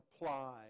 apply